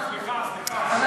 סליחה, סליחה, דיקטטורה.